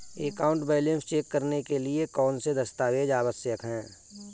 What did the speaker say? Account balance check करने के लिए कौनसे दस्तावेज़ आवश्यक हैं?